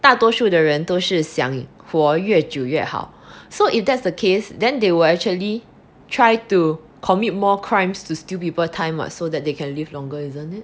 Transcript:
大多数的人都是想活越久越好 so if that's the case then they will actually try to commit more crimes to steal people time [what] so that they can live longer isn't it